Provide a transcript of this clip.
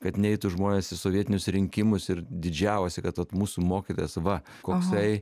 kad neitų žmonės į sovietinius rinkimus ir didžiavosi kad vat mūsų mokytojas va koksai